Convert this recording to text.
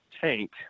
tank